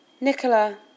Nicola